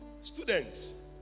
Students